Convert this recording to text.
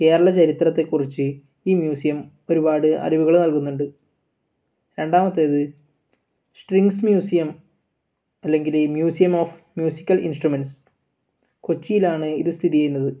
കേരള ചരിത്രത്തെക്കുറിച്ച് ഈ മ്യൂസിയം ഒരുപാട് അറിവുകൾ നൽകുന്നുണ്ട് രണ്ടാമത്തേത് സ്ട്രിങ്സ് മ്യൂസിയം അല്ലെങ്കിൽ മ്യൂസിയം ഓഫ് മ്യൂസിക്കൽ ഇൻസ്ട്രുമെൻറ്റ്സ് കൊച്ചിയിലാണ് ഇത് സ്ഥിതി ചെയ്യുന്നത്